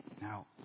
Now